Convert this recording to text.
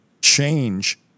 change